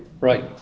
right